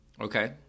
Okay